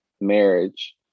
marriage